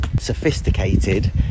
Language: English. sophisticated